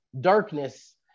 darkness